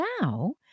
now